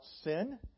sin